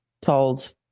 told